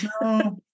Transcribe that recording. no